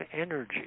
energy